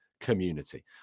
community